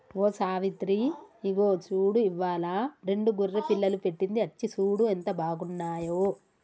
ఓ సావిత్రి ఇగో చూడు ఇవ్వాలా రెండు గొర్రె పిల్లలు పెట్టింది అచ్చి సూడు ఎంత బాగున్నాయో